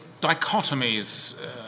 dichotomies